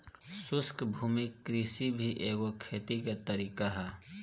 शुष्क भूमि कृषि भी एगो खेती के तरीका ह